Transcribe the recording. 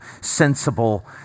sensible